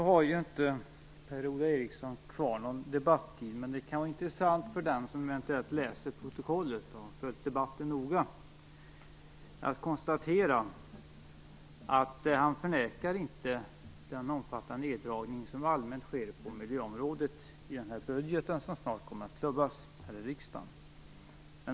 Herr talman! Per-Ola Eriksson har inte någon debattid kvar, men det kan vara intressant för den som eventuellt läser protokollet och har följt debatten noga att konstatera att han inte förnekar den omfattande neddragning som allmänt sker på miljöområdet i den budget som snart kommer att klubbas här i riksdagen.